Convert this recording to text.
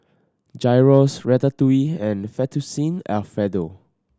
Gyros Ratatouille and Fettuccine Alfredo